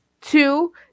Two